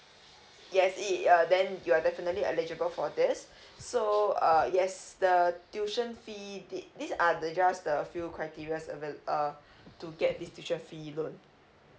yes it uh then you are definitely eligible for this so uh yes the tuition fee did this are the just the few criterias avail uh to get this tuition fee loan